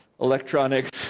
electronics